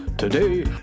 Today